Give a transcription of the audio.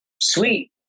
sweet